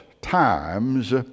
times